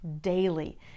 daily